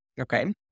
Okay